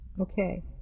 Okay